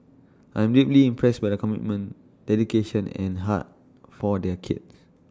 I'm deeply impressed by the commitment dedication and heart for their kids